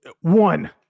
one